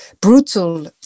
brutal